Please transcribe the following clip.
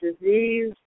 Disease